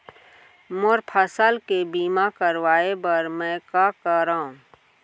मोर फसल के बीमा करवाये बर में का करंव?